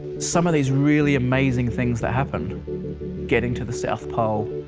some of these really amazing things that happen getting to the south pole,